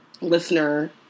listener